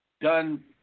done